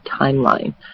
timeline